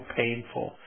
painful